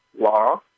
law